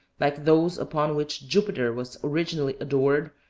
like those upon which jupiter was originally adored,